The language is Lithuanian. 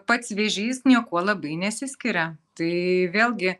pats vėžys niekuo labai nesiskiria tai vėlgi